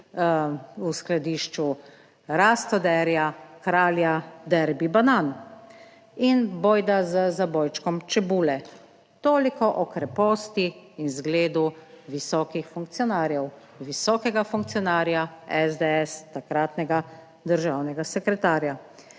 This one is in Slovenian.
v skladišču Rastoderja, kralja Derby banan - in bojda z zabojčkom čebule. Toliko o kreposti in zgledu visokih funkcionarjev, visokega funkcionarja SDS, takratnega državnega sekretarja.